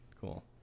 Cool